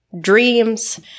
Dreams